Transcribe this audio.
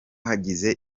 hagize